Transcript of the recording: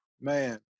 Man